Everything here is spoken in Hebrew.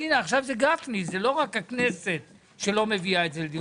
עכשיו זה גפני; זו לא רק הכנסת שלא מביאה את זה לדיון".